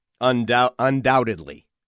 Undoubtedly